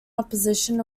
opposition